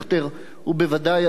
הוא בוודאי אדם ראוי,